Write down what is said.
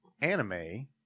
anime